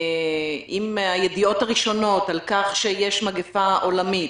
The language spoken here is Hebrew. עם הידיעות על כך שיש מגפה עולמית